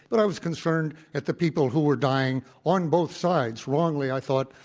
but i was concerned at the people who were dying on both sides wrongly, i thought,